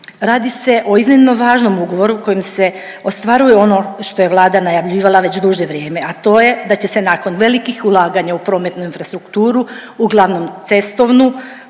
Radi se o iznimno važnom ugovoru kojim se ostvaruje ono što je Vlada najavljivala već duže vrijeme, a to je da će se nakon velikih ulaganja u prometnu infrastrukturu, uglavnom cestovnu